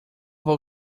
vou